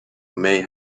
may